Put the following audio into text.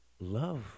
love